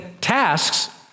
tasks